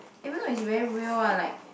even though it's very real lah like